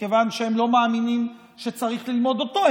מכיוון שהם לא מאמינים שצריך ללמוד אותו.